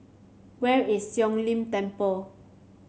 where is Siong Lim Temple